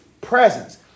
presence